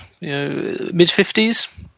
mid-fifties